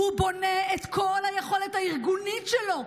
הוא בונה את כל היכולת הארגונית שלו,